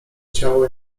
ciało